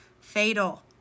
fatal